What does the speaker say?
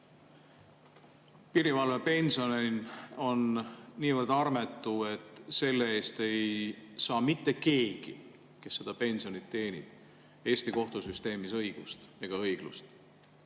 Piirivalvuri pension on niivõrd armetu, et selle eest ei saa mitte keegi, kes seda pensioni teenib, Eesti kohtusüsteemis õigust ega õiglust.